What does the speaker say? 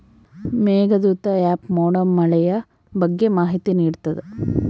Meghdoot app ಮೋಡ ಮಳೆಯ ಬಗ್ಗೆ ಮಾಹಿತಿ ನಿಡ್ತಾತ